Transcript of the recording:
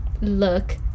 look